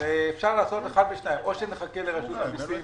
אפשר לעשות אחת משתיים או נחכה לרשות המיסים,